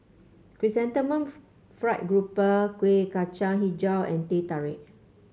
Chrysanthemum Fried Grouper Kuih Kacang hijau and Teh Tarik